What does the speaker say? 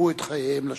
שקיפחו את חייהם לשווא.